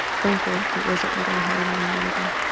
frankly it wasn't what i had in mind either.